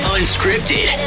Unscripted